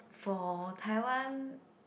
for Taiwan